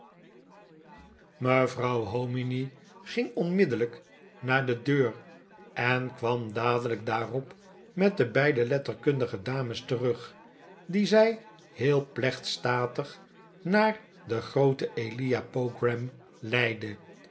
mevrouw hominy ging onmiddellijk naar de deur en kwam dadelijk daarop met de beide letterkundige dames terug die zij heel plechtstatig naar den grooten elia pogram leidde